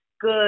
good